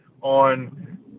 on